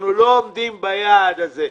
אנחנו לא עומדים ביעד הזה.